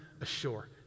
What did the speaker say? ashore